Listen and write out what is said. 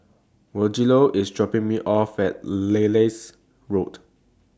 Rogelio IS dropping Me off At Lilac Road